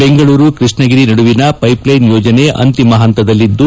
ಬೆಂಗಳೂರು ಕೃಷ್ಣಗಿರಿ ನಡುವಿನ ಪೈಪ್ಲೈನ್ ಯೋಜನೆ ಅಂತಿಮ ಹಂತದಲ್ಲಿದ್ದು